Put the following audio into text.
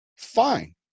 Fine